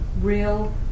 real